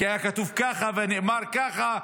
כי היה כתוב ככה ונאמר ככה,